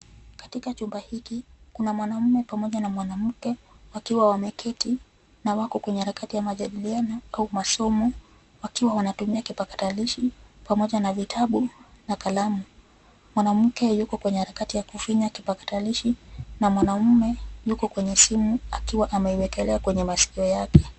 Katika chumba hiki kuna mwanaume pamoja na mwanamke wakiwa wameketi na wako kwenye harakati ya majadiliano au masomo wakiwa wanatumia kipakatalishi pamoja na vitabu na kalamu. Mwanamke yuko kwenye harakati ya kufinya kipakatalishi na mwanaume yuko kwenye simu akiwa ameiwekelea kwenye maskio yake.